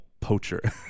poacher